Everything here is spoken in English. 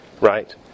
right